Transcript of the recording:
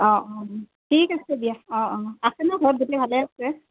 অঁ অঁ অঁ ঠিক আছে দিয়া অঁ অঁ আছে ন' ঘৰত গোটেই ভালে আছে